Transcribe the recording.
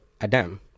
Adam